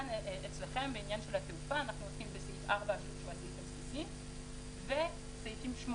אצלכם בעניין התעופה אנחנו עוסקים בסעיף 4 שהוא הסעיף הבסיסי ובסעיפים 8